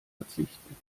verzichten